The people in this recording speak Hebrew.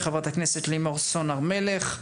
חברת הכנסת לימור סון הר מלך,